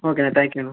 ஓகேண்ணா தேங்க் யூண்ணா